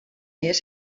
ihes